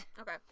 okay